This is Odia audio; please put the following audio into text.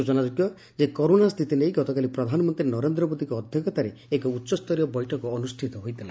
ସୂଚନାଯୋଗ୍ୟ କରୋନା ସ୍ସିତି ନେଇ ଗତକାଲି ପ୍ରଧାନମନ୍ତୀ ନରେନ୍ଦ ମୋଦିଙ୍କ ଅଧ୍ଧକ୍ଷତାରେ ଏକ ଉଚ୍ଚସ୍ତରୀୟ ବୈଠକ ଅନୁଷ୍ଟିତ ହୋଇଥିଲା